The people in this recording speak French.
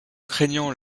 craignant